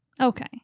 Okay